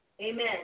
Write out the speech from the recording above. Amen